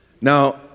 Now